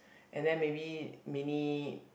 and then maybe mini